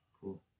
Cool